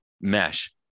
mesh